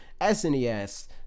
SNES—